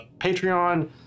Patreon